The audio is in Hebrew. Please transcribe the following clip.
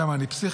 למה, אני פסיכי?